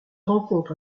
rencontre